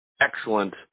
excellent